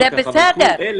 אבל,